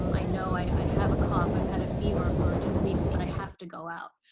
um i know i i have a cough. i've had a fever for two weeks. but i have to go out.